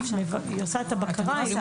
היא עושה את הבקרה.